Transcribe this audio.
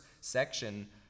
section